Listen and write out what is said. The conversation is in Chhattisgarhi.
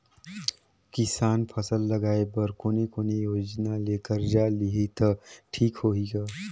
किसान फसल लगाय बर कोने कोने योजना ले कर्जा लिही त ठीक होही ग?